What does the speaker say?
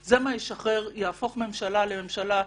הכול בהסכמת היועץ המשפטי לממשלה,